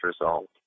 resolved